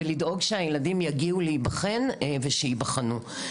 ולדאוג שהילדים יגיעו להיבחן ושייבחנו,